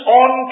on